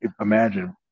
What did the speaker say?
imagine